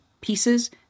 pieces